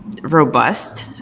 robust